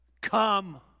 come